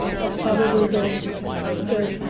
that's probably the the